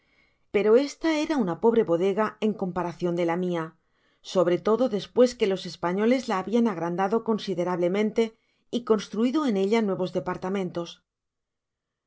pero esta era una pobre bodega en comparacion de la mia sobre todo despues que los españoles la habian agrandado considerablemente y construido en ella nuevos departamentos